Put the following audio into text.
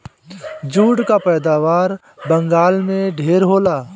jute कअ पैदावार बंगाल में ढेर होला